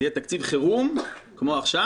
זה יהיה תקציב חירום, כמו עכשיו?